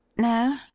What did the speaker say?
No